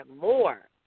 more